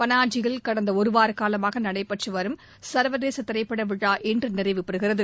பனாஜியில் கடந்த ஒரு வாரகாலமாக நடைபெற்று வரும் சர்வதேச திரைப்பட விழா இன்று நிறைவடைகிறது